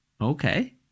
Okay